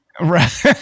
Right